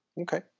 Okay